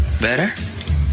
Better